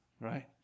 right